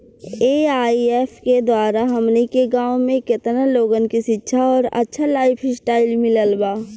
AIF के द्वारा हमनी के गांव में केतना लोगन के शिक्षा और अच्छा लाइफस्टाइल मिलल बा